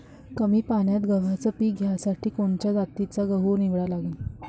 कमी पान्यात गव्हाचं पीक घ्यासाठी कोनच्या जातीचा गहू निवडा लागन?